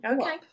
Okay